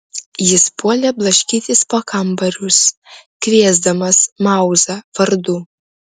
jis puolė blaškytis po kambarius kviesdamas mauzą vardu